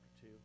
two